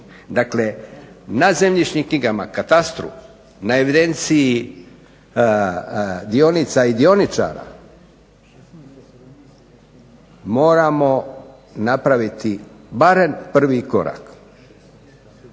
Dakle na zemljišnim knjigama, katastru, na evidenciji dionica i dioničara, moramo napraviti barem prvi korak.